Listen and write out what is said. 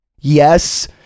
Yes